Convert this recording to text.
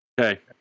Okay